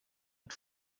had